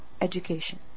education